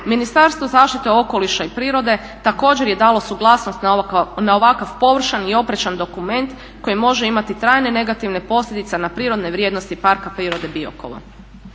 Ministarstvo zaštite okoliša i prirode također je dalo suglasnost na ovakav površan i oprečan dokument koji može imati trajne negativne posljedice na prirodne vrijednosti Parka prirode Biokovo.